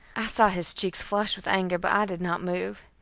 i saw his cheeks flush with anger, but i did not move.